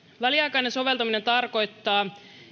väliaikainen soveltaminen tarkoittaa